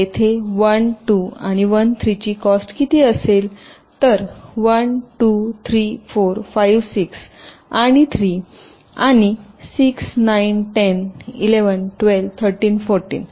तर येथे 1 2 आणि 1 3 ची कॉस्ट किती असेल येथे 1 2 3 4 5 6 आणि 3 आणि 6 9 10 11 12 13 14